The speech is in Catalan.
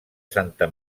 santa